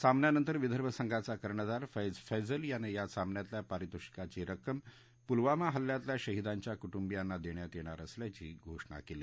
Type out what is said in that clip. सामन्यानंतर विदर्भ संघाचा कर्णधार फैज फैजल यानं या सामन्यातल्या पारितोषिकाची रक्कम पुलवामा हल्ल्यातल्या शहिदांच्या कुटुंबियांना देण्यात येणार असल्याची घोषणा केली